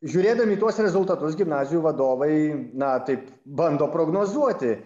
žiūrėdami į tuos rezultatus gimnazijų vadovai na taip bando prognozuoti